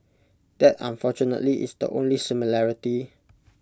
that unfortunately is the only similarity